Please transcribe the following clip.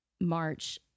March